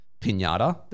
pinata